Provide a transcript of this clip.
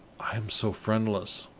i am so friendless